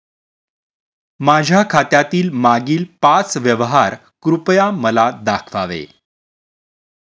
माझ्या खात्यातील मागील पाच व्यवहार कृपया मला दाखवावे